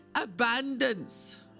abundance